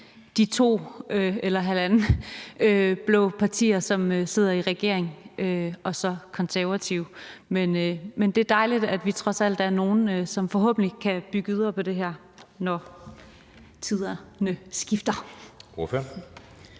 de to eller halvandet blå partier, som sidder i regering, og så Konservative. Men det er dejligt, at vi trods alt er nogle, som forhåbentlig kan bygge videre på det her, når tiderne skifter. Kl.